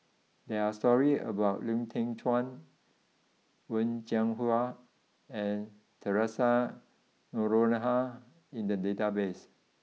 there are stories about Lau Teng Chuan Wen Jinhua and Theresa Noronha in the database